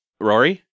Rory